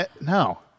No